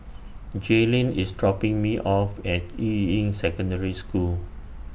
Jailyn IS dropping Me off At Yuying Secondary School